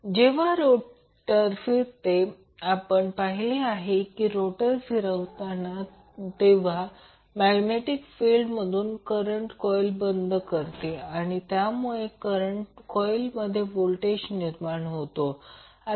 जेव्हा रोटर फिरते आपण पाहिले की तुम्ही रोटर फिरवता तेव्हा मॅग्नेटिक फिल्डमधून कॉइल करंट बंद करते आणि त्यामुळे कॉइलमध्ये व्होल्टेज निर्माण होतो